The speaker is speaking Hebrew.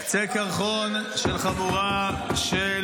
הממשלה הכושלת שלכם ----- קצה קרחון של חבורה של